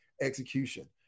execution